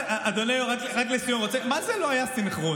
אדוני היו"ר, רק לסיום, מה זה "לא היה סנכרון"?